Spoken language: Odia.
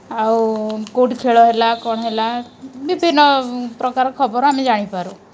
ଆଉ କେଁଉଠି ଖେଳ ହେଲା କ'ଣ ହେଲା ବିଭିନ୍ନପ୍ରକାର ଖବର ଆମେ ଜାଣିପାରୁ